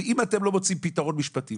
ואם אתם לא מוצאים פתרון משפטי,